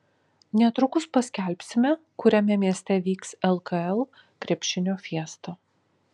netrukus paskelbsime kuriame mieste vyks lkl krepšinio fiesta